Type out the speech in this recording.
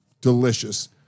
delicious